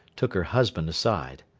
took her husband aside.